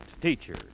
teacher